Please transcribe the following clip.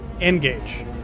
Engage